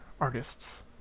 artists